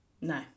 no